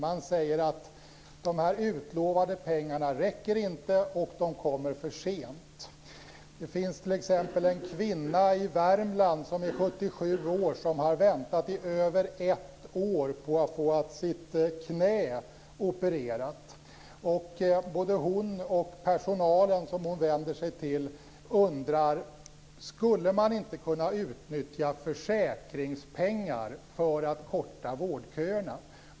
Man säger att de utlovade pengarna inte räcker och att de kommer för sent. Det finns t.ex. en kvinna i Värmland som är 77 år och som har väntat i över ett år på att få sitt knä opererat. Både hon och personalen som hon vänder sig till undrar om man inte skulle kunna utnyttja försäkringspengar för att korta vårdköerna.